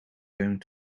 going